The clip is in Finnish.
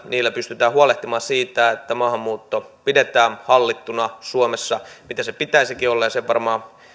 niillä pystytään huolehtimaan siitä että maahanmuutto pidetään hallittuna suomessa mitä sen pitäisikin olla ja